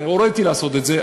הוריתי לעשות את זה,